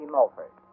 Mulford